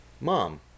Mom